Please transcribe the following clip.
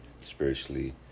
spiritually